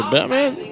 Batman